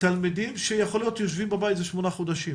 תלמידים שיכול להיות שיושבים בבית שמונה חודשים.